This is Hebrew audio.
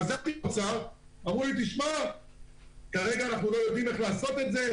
חזרתי לאוצר ואמרו לי: כרגע אנחנו לא יודעים לעשות את זה,